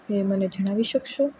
એ મને જણાવી શકશો